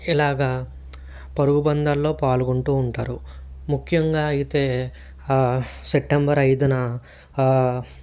ఇలాగ పరుగుబంధాల్లో పాల్గొంటూ ఉంటారు ముఖ్యంగా అయితే సెప్టెంబర్ ఐదున